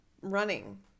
running